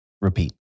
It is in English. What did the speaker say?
Repeat